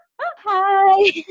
Hi